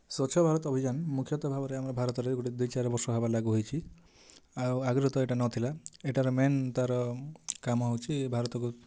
ସ୍ୱଚ୍ଛ ଭାରତ ଅଭିଯାନ ମୁଖ୍ୟତଃ ଭାବରେ ଆମ ଭାରତ ରେ ଗୁଟେ ଦୁଇ ଚାରି ବର୍ଷ ହେବା ଲାଗୁ ହେଇଛି ଆଉ ଆଗୁରୁ ତ ଏଇଟା ନଥିଲା ଏଇଟାର ମେନ୍ ତା'ର କାମ ହଉଛି ଭାରତ କୁ